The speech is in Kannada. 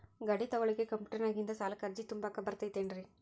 ಗಾಡಿ ತೊಗೋಳಿಕ್ಕೆ ಕಂಪ್ಯೂಟೆರ್ನ್ಯಾಗಿಂದ ಸಾಲಕ್ಕ್ ಅರ್ಜಿ ತುಂಬಾಕ ಬರತೈತೇನ್ರೇ?